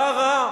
מה רע?